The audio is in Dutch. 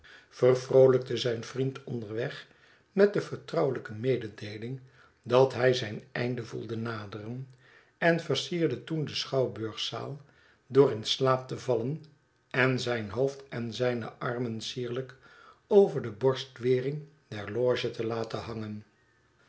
vervroolijkte zijn vriend onderweg met de vertrouwelijke mededeeling dat hij zijn einde voelde naderen en versierde toen de schouwburgzaal door in slaap te vallen en zijn hoofd en zijne armen sierlijk over de borstwering der loge te laten hangen